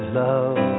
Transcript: love